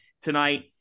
tonight